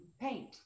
paint